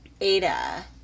Ada